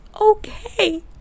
okay